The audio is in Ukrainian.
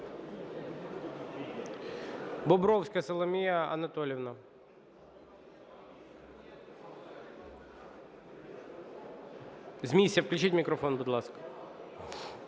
Бобровська Соломія Анатоліївна. З місця включіть мікрофон, будь ласка.